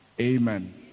Amen